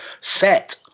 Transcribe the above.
set